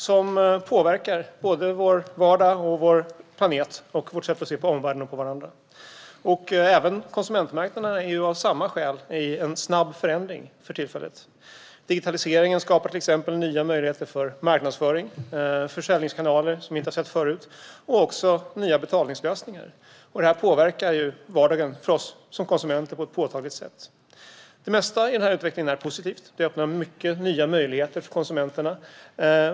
Det påverkar vår vardag, vår planet och vårt sätt att se på omvärlden och på varandra. Även konsumentmarknaden är av samma skäl i en snabb förändring för tillfället. Digitaliseringen skapar till exempel nya möjligheter för marknadsföring. Det finns försäljningskanaler som vi inte har sett förut och nya betalningslösningar. Detta påverkar ju vardagen för oss konsumenter på ett påtagligt sätt. Det mesta i utvecklingen är positivt. Det öppnar många nya möjligheter för konsumenterna.